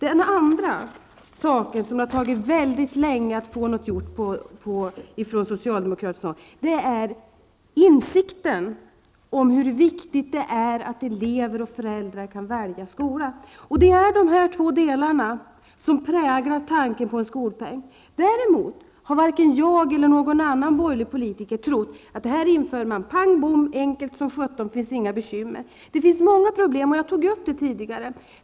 En annan sak som har tagit mycket lång tid för socialdemokraterna är att komma till insikt om hur viktigt det är att elever och föräldrar kan välja skola. Det är dessa två delar som präglar tanken bakom en skolpeng. Däremot tror varken jag eller någon annan borgerlig politiker att det går att införa detta pang bom och hur enkelt som helst, och det inte finns några bekymmer. Det finns många problem, och jag har tagit upp dem tidigare.